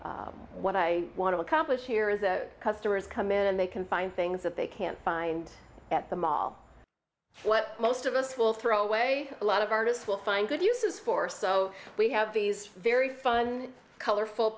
of what i want to accomplish here is that customers come in and they can find things that they can't find at the mall what most of us will throw away a lot of artists will find good uses for so we have very fun colorful